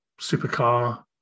supercar